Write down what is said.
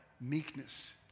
meekness